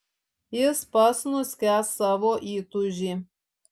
jis pats nuskęs savo įtūžy